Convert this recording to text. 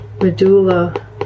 Medulla